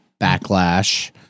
backlash